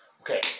Okay